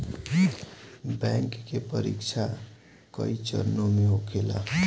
bank के परीक्षा कई चरणों में होखेला